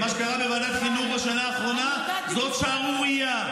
ומה שקרה בוועדת החינוך בשנה האחרונה זאת שערורייה,